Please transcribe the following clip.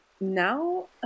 now